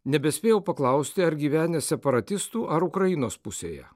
nebespėjau paklausti ar gyvenęs separatistų ar ukrainos pusėje